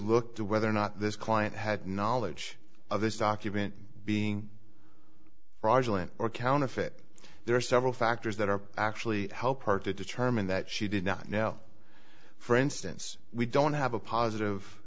look to whether or not this client had knowledge of this document being fraudulent or counterfeit there are several factors that are actually help part to determine that she did not know for instance we don't have a positive